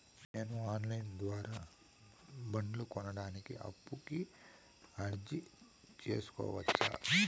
నేను online ద్వారా బండ్లు కొనడానికి అప్పుకి అర్జీ సేసుకోవచ్చా?